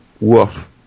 Woof